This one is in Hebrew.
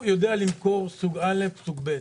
גיא דוד יודע למכור סוג א', סוג ב'.